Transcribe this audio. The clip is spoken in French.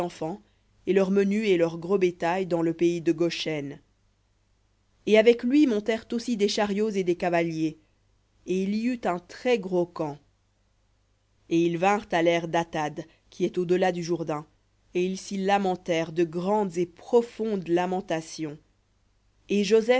et leur menu et leur gros bétail dans le pays de goshen et avec lui montèrent aussi des chariots et des cavaliers et il y eut un très-gros camp et ils vinrent à l'aire d'atad qui est au delà du jourdain et ils s'y lamentèrent de grandes et profondes lamentations et